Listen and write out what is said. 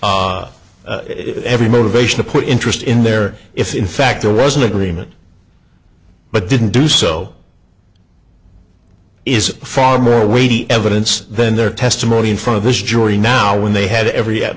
of every motivation to put interest in there if in fact there was an agreement but didn't do so is far more weighty evidence than their testimony in front of this jury now when they had every at